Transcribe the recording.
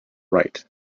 write